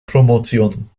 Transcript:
promotion